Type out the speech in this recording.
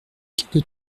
quelques